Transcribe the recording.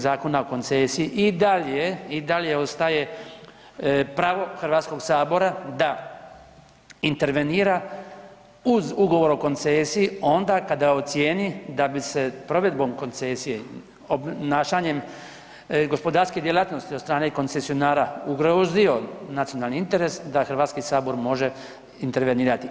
Zakona o koncesiji i dalje i dalje ostaje pravo HS da intervenira uz ugovor o koncesiji onda kada ocijeni da bi se provedbom koncesije, obnašanjem gospodarske djelatnosti od strane koncesionara ugrozio nacionalni interes da HS može intervenirati.